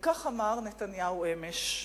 וכך אמר נתניהו אמש: